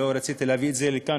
לא רציתי להביא את זה לכאן,